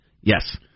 Yes